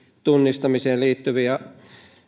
tunnistamiseen liittyviä